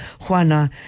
Juana